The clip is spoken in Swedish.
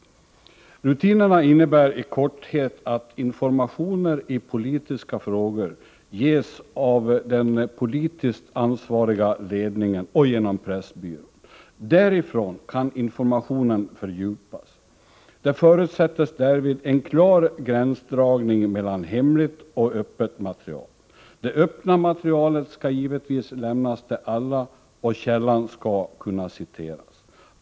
Rutinerna innebär i korthet att informationer i politiska frågor ges av den politiskt ansvariga ledningen och genom pressbyrån. Därifrån kan informationen fördjupas. Det förutsättes därvid en klar gränsdragning mellan hemligt och öppet material. Det öppna materialet skall givetvis lämnas till alla, och källan skall kunna citeras.